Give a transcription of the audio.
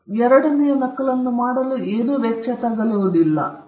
ಆದ್ದರಿಂದ ಎರಡನೆಯ ನಕಲನ್ನು ಮಾಡುವ ವೆಚ್ಚ ಏನೂ ಇರುವುದಿಲ್ಲ